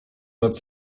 nad